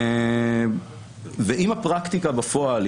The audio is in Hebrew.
אם הפרקטיקה בפועל,